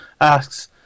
asks